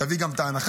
תביא גם הנחה,